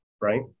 Right